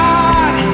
God